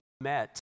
met